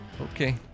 Okay